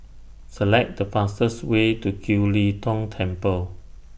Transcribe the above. Select The fastest Way to Kiew Lee Tong Temple